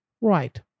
Right